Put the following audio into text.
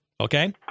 okay